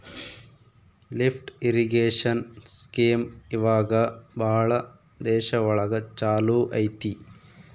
lift irrigation scheme ಇವಾಗ ಭಾಳ ದೇಶ ಒಳಗ ಚಾಲೂ ಅಯ್ತಿ